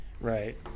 Right